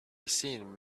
seen